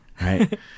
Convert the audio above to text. Right